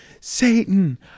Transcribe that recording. Satan